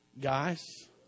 Guys